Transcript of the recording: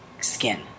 Skin